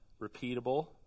repeatable